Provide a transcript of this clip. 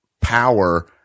power